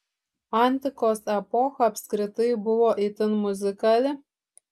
antikos epocha apskritai buvo itin muzikali